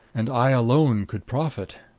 and i alone, could profit.